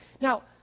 Now